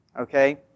Okay